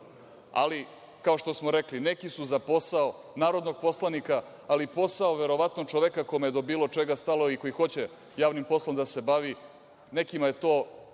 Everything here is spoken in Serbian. Ali, kao što smo rekli, neki su za posao narodnog poslanika, ali posao verovatno čoveka kome je do bilo čega stalo i koji hoće javnim poslom da se bavi. Nekima je to